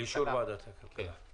לאישור ועדת הכלכלה.